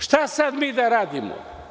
Šta sada mi da radimo?